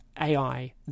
AI